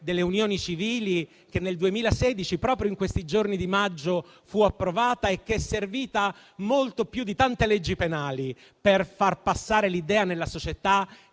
sulle unioni civili, che nel 2016, proprio in questi giorni di maggio fu approvata, e che è servita molto più di tante leggi penali per far passare l'idea nella società